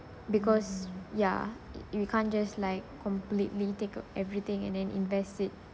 because yeah it you can't just like completely take uh everything and then invest it